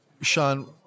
sean